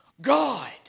God